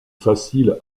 facile